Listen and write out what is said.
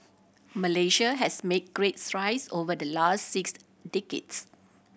Malaysia has make great strides over the last six decades